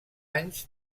anys